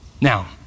Now